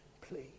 please